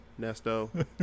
Nesto